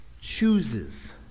chooses